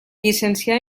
llicencià